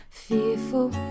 fearful